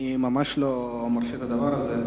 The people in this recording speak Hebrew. אני לא מרשה את הדבר הזה.